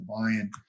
buying